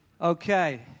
Okay